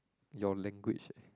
your language eh